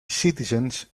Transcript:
citizens